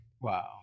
Wow